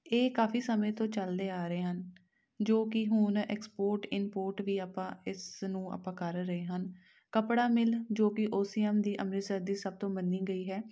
ਇਹ ਕਾਫੀ ਸਮੇਂ ਤੋਂ ਚੱਲਦੇ ਆ ਰਹੇ ਹਨ ਜੋ ਕਿ ਹੁਣ ਐਕਸਪੋਰਟ ਇਮਪੋਰਟ ਵੀ ਆਪਾਂ ਇਸ ਨੂੰ ਆਪਾਂ ਕਰ ਰਹੇ ਹਨ ਕੱਪੜਾ ਮਿਲ ਜੋ ਕਿ ਓ ਸੀ ਐੱਮ ਦੀ ਅੰਮ੍ਰਿਤਸਰ ਦੀ ਸਭ ਤੋਂ ਮੰਨੀ ਗਈ ਹੈ